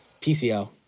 PCO